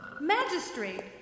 Magistrate